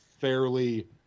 fairly